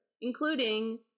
Including